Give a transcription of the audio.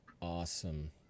Awesome